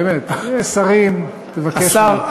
לא נעים לי, באמת, אלו שרים, תבקש מהם.